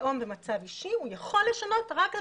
לאום ומצב אישי הוא יכול לשנות רק על